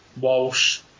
Walsh